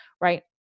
right